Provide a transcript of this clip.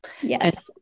Yes